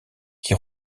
qui